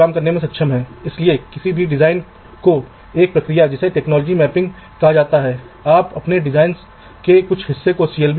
संदर्भ समय का संदर्भ लें 1512 इसलिए यह दूसरा दृष्टिकोण कहता है कि हम इसे यहां नहीं हैं बल्कि इसे पूर्ण कस्टम प्रकार के डिजाइन के लिए लागू करें